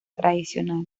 tradicional